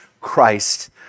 Christ